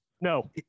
No